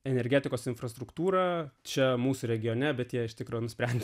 energetikos infrastruktūrą čia mūsų regione bet jei iš tikro nusprendė